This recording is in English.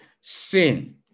sin